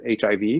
hiv